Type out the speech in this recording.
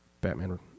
Batman